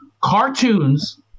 cartoons